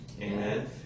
Amen